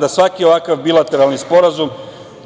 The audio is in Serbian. da svaki ovakav bilateralni sporazum